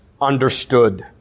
understood